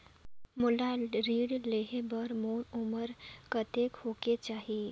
मोला ऋण लेहे बार मोर उमर कतेक होवेक चाही?